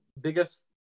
biggest